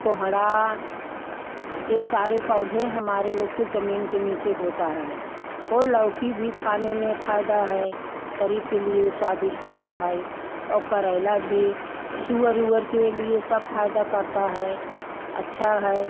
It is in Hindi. कोहड़ा ये सारे पौधे हमारे लोग के जमीन के नीचे होता है वो लौकी भी खाने में फायदा है शरीर के लिए स्वादिष्ट हैं भाई और करेला भी सूअर ऊअर के लिए सब फायदा करता है अच्छा है